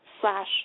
slash